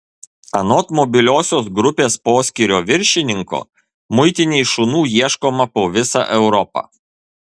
anot mobiliosios grupės poskyrio viršininko muitinei šunų ieškoma po visą europą